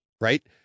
right